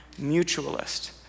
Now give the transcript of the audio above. mutualist